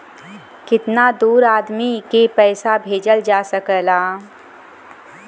कितना दूर आदमी के पैसा भेजल जा सकला?